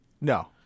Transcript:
no